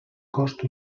cost